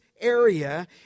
area